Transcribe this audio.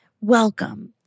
welcome